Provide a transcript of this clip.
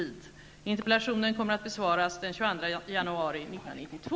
Interpellationen kommer att besvaras den 22